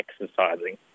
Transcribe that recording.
exercising